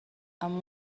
amb